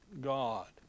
God